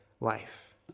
life